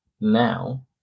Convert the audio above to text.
now